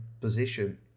position